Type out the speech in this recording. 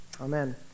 Amen